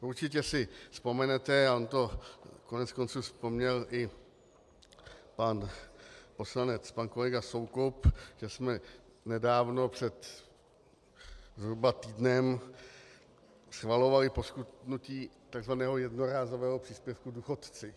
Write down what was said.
Určitě si vzpomenete, a on to koneckonců vzpomněl i pan poslanec pan kolega Soukup, že jsme nedávno, před zhruba týdnem, schvalovali poskytnutí tzv. jednorázového příspěvku důchodci.